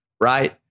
right